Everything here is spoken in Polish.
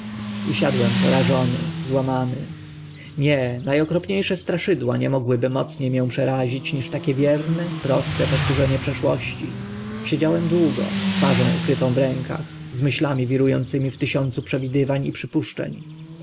siadłem porażony złamany nie na okropnie sze straszydła nie mogłyby mocnie mię przerazić niż takie wierne proste powtórzenie przeszłości siedziałem długo z twarzą ukrytą w rękach z myślami wiru ącymi w tysiącu przewidywań i przypuszczeń